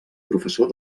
professor